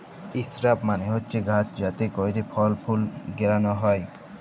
ইসরাব মালে হছে গাহাচ যাতে ক্যইরে ফল ফুল গেলাল হ্যয়